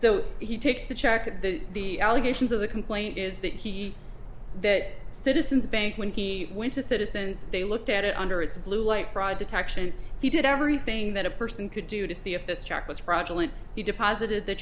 to the allegations of the complaint is that he that citizens bank when he went to citizens they looked at it under its blue light fraud detection he did everything that a person could do to see if this truck was fraudulent he deposited the